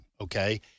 okay